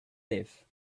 live